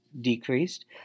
decreased